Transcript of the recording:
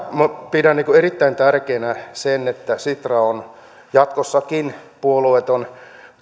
pidän erittäin tärkeänä sitä että sitra on jatkossakin puolueeton